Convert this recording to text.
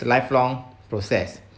lifelong process